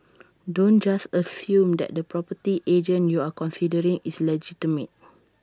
don't just assume that the property agent you're considering is legitimate